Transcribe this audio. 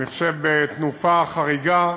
אני חושב שבתנופה חריגה,